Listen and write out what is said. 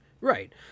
Right